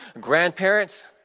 grandparents